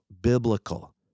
biblical